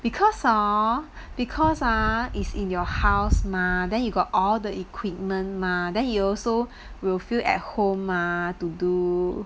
because hor because ah is in your house mah then you got all the equipment mah then you also will feel at home mah to do